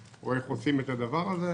או לקבל החלטה איך עושים את הדבר הזה.